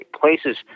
places